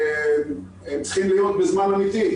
והם צריכים להיות בזמן אמיתי,